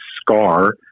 scar